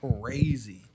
crazy